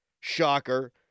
Shocker